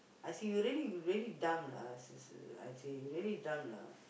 I see you really you really dumb lah s~ I see you really dumb lah